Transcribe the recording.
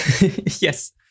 Yes